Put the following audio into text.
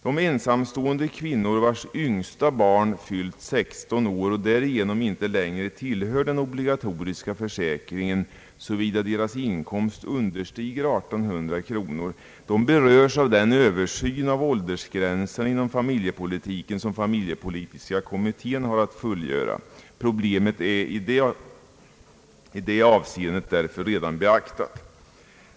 De ensamstående kvinnor vilkas yngsta barn fyllt 16 år och därigenom inte längre tillhör den obligatoriska försäkringen, såvida inkomsten understiger 1 800 kronor, berörs av den översyn av åldersgränserna inom familjepolitiken som familjepolitiska kommittén har att fullgöra. Problemet är i det avseendet därför redan beaktat.